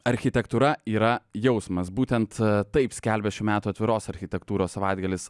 architektūra yra jausmas būtent taip skelbia šių metų atviros architektūros savaitgalis